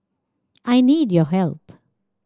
I need your help